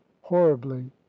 horribly